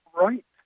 right